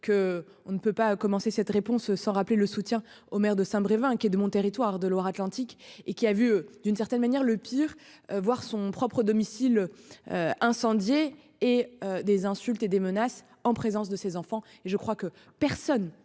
que on ne peut pas commencer cette réponse sans rappeler le soutien au maire de Saint-Brévin qui est de mon territoire de Loire-Atlantique et qui a vu, d'une certaine manière le pire voir son propre domicile. Incendiés et des insultes et des menaces en présence de ses enfants et je crois que personne,